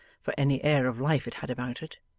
for any air of life it had about it.